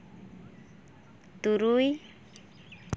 ᱛᱩᱨᱩᱭ